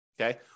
Okay